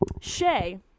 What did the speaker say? Shay